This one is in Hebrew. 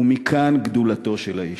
ומכאן גדולתו של האיש,